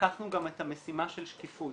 לקחנו גם את המשימה של שקיפות.